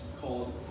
called